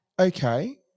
okay